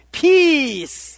peace